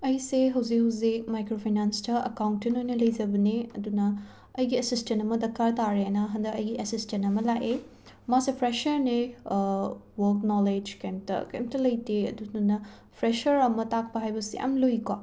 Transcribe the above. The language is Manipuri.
ꯑꯩꯁꯦ ꯍꯧꯖꯤꯛ ꯍꯧꯖꯤꯛ ꯃꯥꯏꯀ꯭ꯔꯣꯐꯥꯏꯅꯥꯟꯁꯇ ꯑꯀꯥꯎꯟꯇꯦꯟ ꯑꯣꯏꯅ ꯂꯩꯖꯕꯅꯦ ꯑꯗꯨꯅ ꯑꯩꯒꯤ ꯑꯦꯁꯤꯁꯇꯦꯟ ꯑꯃ ꯗꯔꯀꯥꯔ ꯇꯥꯔꯦꯅ ꯍꯟꯗꯛ ꯑꯩꯒꯤ ꯑꯦꯁꯤꯁꯇꯦꯟ ꯑꯃ ꯂꯥꯛꯑꯦ ꯃꯥꯁꯦ ꯐ꯭ꯔꯦꯁꯔꯅꯦ ꯋꯛ ꯅꯣꯂꯦꯖ ꯀꯩꯝꯇ ꯀꯩꯝꯇ ꯂꯩꯇꯦ ꯑꯗꯨꯗꯨꯅ ꯐ꯭ꯔꯦꯁꯔ ꯑꯃ ꯇꯥꯛꯄ ꯍꯥꯏꯕꯁꯦ ꯌꯥꯝ ꯂꯨꯏ ꯀꯣ